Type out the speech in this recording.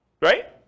Right